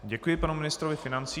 Děkuji panu ministrovi financí.